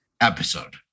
episode